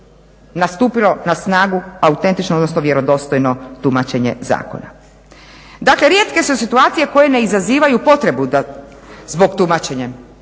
nastupilo na snagu autentično odnosno vjerodostojno tumačenje zakona. Dakle rijetke su situacije koje ne izazivaju potrebu za tumačenjem.